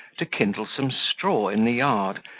to kindle some straw in the yard,